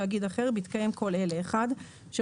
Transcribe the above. ואחר-כך מכניס את ה"אבל" --- אם יש